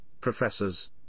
professors